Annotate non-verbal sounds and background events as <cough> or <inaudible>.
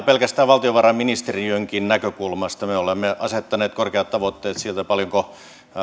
<unintelligible> pelkästään valtiovarainministeriönkin näkökulmasta me olemme asettaneet korkeat tavoitteet siitä paljonko